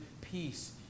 peace